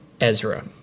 Ezra